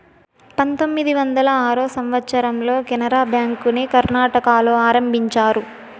పంతొమ్మిది వందల ఆరో సంవచ్చరంలో కెనరా బ్యాంకుని కర్ణాటకలో ఆరంభించారు